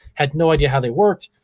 had no idea how they worked.